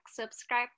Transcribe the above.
subscribe